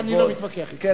אני לא מתווכח אתך.